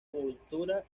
cultura